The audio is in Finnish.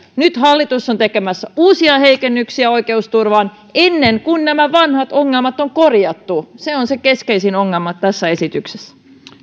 nyt hallitus on tekemässä uusia heikennyksiä oikeusturvaan ennen kuin nämä vanhat ongelmat on korjattu se on keskeisin ongelma tässä esityksessä